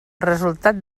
resultat